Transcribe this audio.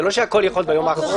זה לא שהכול יכול להיות ביום האחרון.